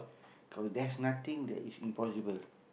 cause there's nothing that is impossible